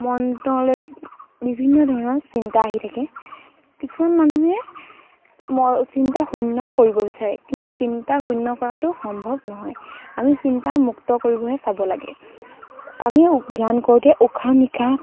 মনটোলৈ বিভিন্ন ধৰণৰ চিন্তা আহি থাকে কিছুমান মানুহে চিন্তা শূন্য কৰিব বিচাৰে কিন্তু চিন্তা শূন্য কৰাটো সম্ভৱ নহয় আমি চিন্তামুক্ত কৰিবহে চাব লাগে আমি ধ্যান কৰোঁতে উশাহ নিশাহ